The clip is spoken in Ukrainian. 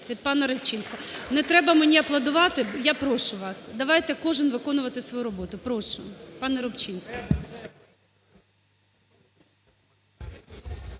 від пана Рибчинського. Не треба мені аплодувати. Я прошу вас!.. Давайте кожен виконувати свою роботу. Прошу, пане Рибчинський.